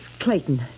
Clayton